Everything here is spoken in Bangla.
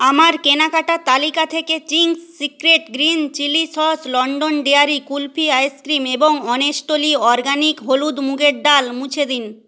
আমার কেনাকাটার তালিকা থেকে Ching's secret green chilli sauce London dairy kulfi ice cream এবং অনেস্টলি অরগ্যানিক হলুদ মুগের ডাল মুছে দিন